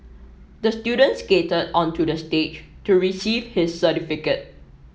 the student skated onto the stage to receive his certificate